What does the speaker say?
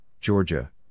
Georgia